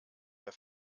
der